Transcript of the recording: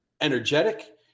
energetic